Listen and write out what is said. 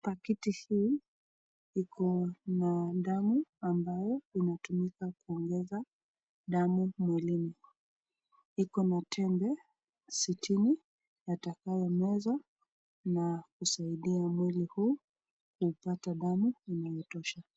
Pakiti hii iko na dawa ambayo inatumika kuongeza damu mwilini, iko na tembe sitini yatakayo mezwa na kusaidia mwili huu ipate damu yenye inatosha.